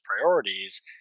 priorities